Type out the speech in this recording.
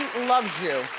loves you.